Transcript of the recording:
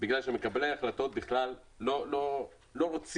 בגלל שמקבלי ההחלטות בכלל לא רוצים